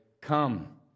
Come